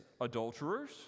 adulterers